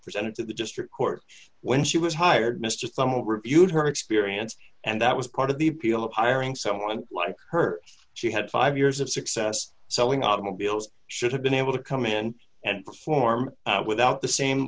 presented to the district court when she was hired mister thumble reviewed her experience and that was part of the appeal of hiring someone like her she had five years of success selling automobiles should have been able to come in and perform without the same